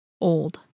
old